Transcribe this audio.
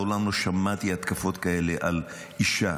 ומעולם לא שמעתי התקפות כאלה על אישה